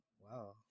wow